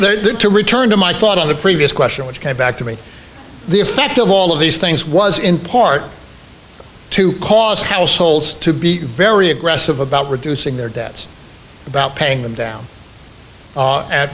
didn't to return to my thought on the previous question which came back to me the effect of all of these things was in part to cause households to be very aggressive about reducing their debts about paying them down